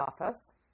office